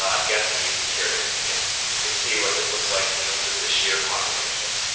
i'm guessing you'd be curious, you can you can see what this looks like in terms of the sheer population.